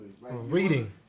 Reading